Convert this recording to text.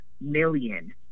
million